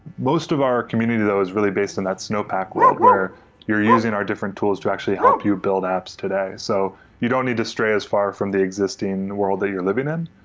most of our community that was really based on and that snowpack world where you're using our different tools to actually help you build apps today. so you don't need to stray as far from the existing world that you're living in.